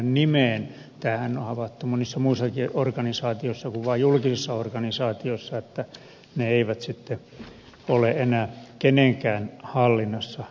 tämähän on havaittu monissa muissakin organisaatioissa kuin vain julkisissa organisaatioissa että ne eivät sitten ole enää kenenkään hallinnassa